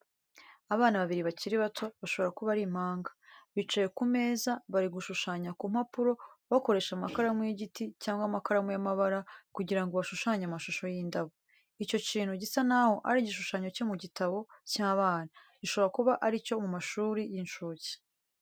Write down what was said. Abana babiri bakiri bato, bashobora kuba ari impanga, bicaye ku meza, bari gushushanya ku mpapuro bakoresha amakaramu y'igiti cyangwa amakaramu y'amabara kugira ngo bashushanye amashusho y'indabo. Icyo kintu gisa naho ari igishushanyo cyo mu gitabo cy'abana, gishobora kuba ari icyo mu mashuri y'incuke.